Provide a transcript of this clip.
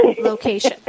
location